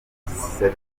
museveni